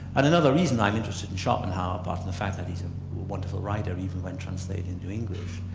and another reason i'm interested in schopenhauer apart from the fact that he's a wonderful writer, even when translated into english,